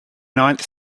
ninth